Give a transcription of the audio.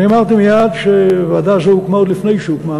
אני אמרתי מייד שהוועדה הזו הוקמה עוד לפני שהוקמה.